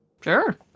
Sure